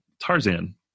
Tarzan